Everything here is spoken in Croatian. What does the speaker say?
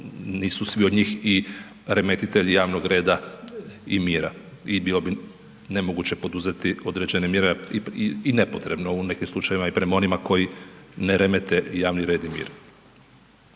nisu svi od njih i remetitelji javnog reda i mira i bilo bi nemoguće poduzeti određene mjere i nepotrebno u nekim slučajevima i prema onima koji ne remete javni red i mir.